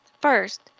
First